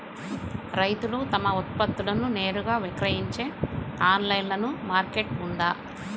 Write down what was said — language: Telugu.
రైతులు తమ ఉత్పత్తులను నేరుగా విక్రయించే ఆన్లైను మార్కెట్ ఉందా?